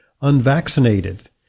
unvaccinated